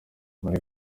muri